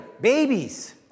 babies